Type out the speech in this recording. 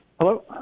Hello